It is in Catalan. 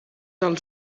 del